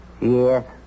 Yes